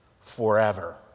forever